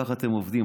ככה אתם עובדים.